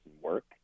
work